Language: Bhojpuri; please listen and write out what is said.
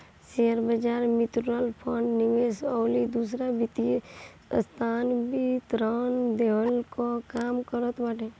शेयरबाजार, मितुअल फंड, निवेश अउरी दूसर वित्तीय संस्था भी ऋण देहला कअ काम करत बाटे